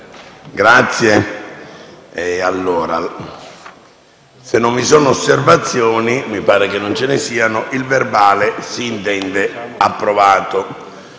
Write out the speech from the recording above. Grazie